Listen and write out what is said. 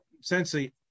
essentially